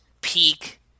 peak